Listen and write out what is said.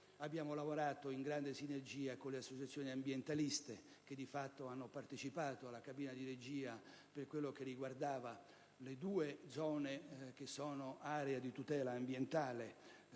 abbiamo lavorato in grande sinergia con le associazioni ambientaliste che hanno partecipato alla cabina di regia per le due zone che sono area di tutela ambientale